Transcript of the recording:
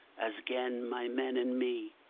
as gane my men and me,